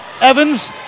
Evans